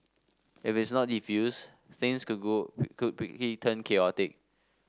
if it's not defused things could go quickly chaotic